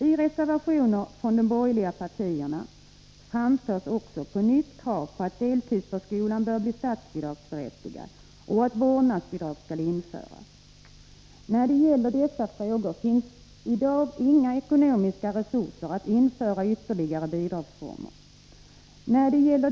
I reservationer från de borgerliga partierna framförs också på nytt krav på att deltidsförskolan blir statsbidragsberättigad och att vårdnadsbidrag skall införas. När det gäller dessa frågor finns det i dag inga ekonomiska resurser att införa ytterligare bidragsformer.